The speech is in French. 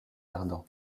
ardan